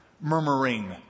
murmuring